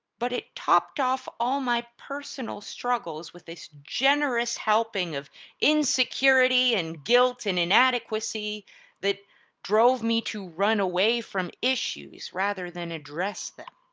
but it topped off all my personal struggles with this generous helping of insecurity and guilt and inadequacy that drove me to run away from issues rather than address them.